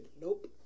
Nope